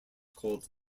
called